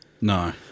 No